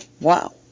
Wow